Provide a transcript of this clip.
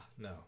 no